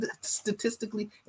statistically